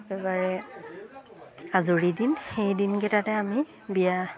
একেবাৰে আজৰি দিন সেই দিনকেইটাতে আমি বিয়া